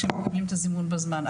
כשמקבלים את הזימון בזמן,